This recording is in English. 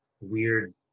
weird